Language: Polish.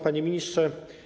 Panie Ministrze!